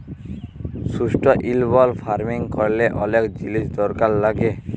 sustainable farming ক্যরলে অলেক জিলিস দরকার লাগ্যে